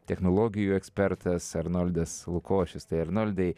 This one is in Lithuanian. technologijų ekspertas arnoldas lukošius tai arnoldai